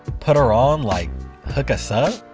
put her on, like hook us up?